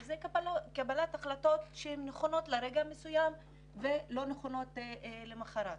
וזה החלטות שהן נכונות לרגע מסוים ולא נכונות למחרת.